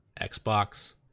xbox